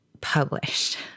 published